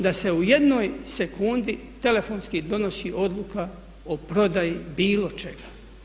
Da se u jednoj sekundi telefonski donosi odluka o prodaji bilo čega.